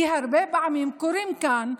כי הרבה פעמים קוראים כאן,